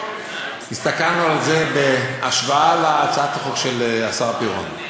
הסתכלנו על זה בהשוואה להצעת החוק של השר פירון.